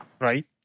right